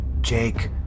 Jake